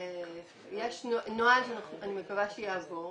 יש נוהל שאני מקווה שיעבור